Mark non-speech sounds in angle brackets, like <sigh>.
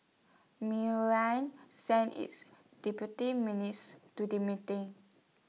<unintelligible> sent its deputy <unintelligible> to the meeting